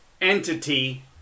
entity